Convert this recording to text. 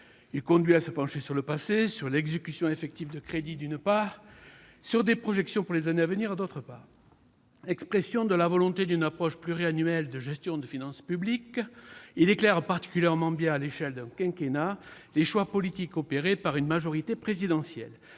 Il conduit à se pencher, d'une part, sur le passé, l'exécution effective des crédits, d'autre part, sur les projections pour les années à venir. Expression de la volonté d'une approche pluriannuelle de gestion des finances publiques, il éclaire particulièrement bien, à l'échelle d'un quinquennat, les choix politiques opérés par une majorité présidentielle.